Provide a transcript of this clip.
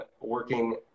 working